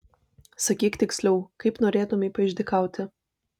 sakyk tiksliau kaip norėtumei paišdykauti